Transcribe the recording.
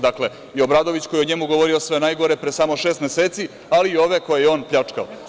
Dakle, i Obradović, koji je o njemu govorio sve najgore pre samo šest meseci, ali i ovi koje je on pljačkao.